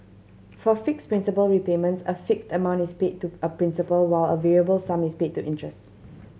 for fixed principal repayments a fixed amount is paid to a principal while a variable sum is paid to interest